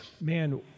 man